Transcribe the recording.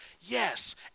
Yes